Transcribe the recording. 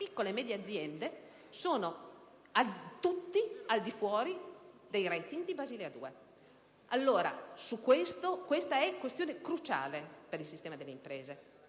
piccole e medie aziende, sono tutti al di fuori dei *rating* dettati da Basilea 2. Questa è questione cruciale per il sistema delle imprese,